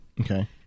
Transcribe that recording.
okay